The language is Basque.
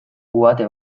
uhate